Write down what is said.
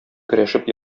көрәшеп